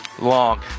long